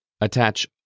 attach